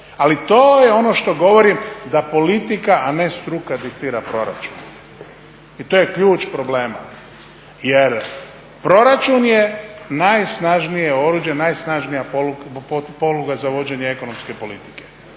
Ali to je ono što govorim da politika a ne struka diktira proračun. I to je ključ problema. Jer proračun je najsnažnije oruđe, najsnažnije poluga za vođenje ekonomske politike.